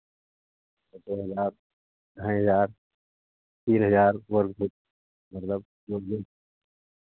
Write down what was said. दो हज़ार ढाई हज़ार तीन हज़ार वर्ग फ़ुट मतलब जो भी है